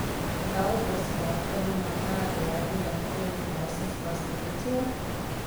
gal bus bordelių magnatė jeigu lietuviai įteisins prostituciją